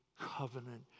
covenant